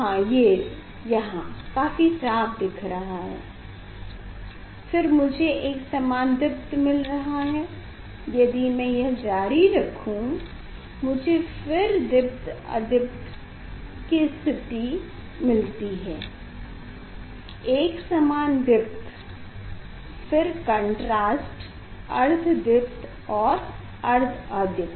हाँ ये यहाँ काफी साफ दिख रहा है फिर मुझे एकसमान दीप्त मिल रहा है यदि मै यह जारी रखूँ मुझे फिर अर्ध दीप्त और अर्ध अदीप्त वाली स्थिति मिलती है फिर एकसमान दीप्त फिर कांट्रास्ट अर्ध दीप्त और अर्ध अदीप्त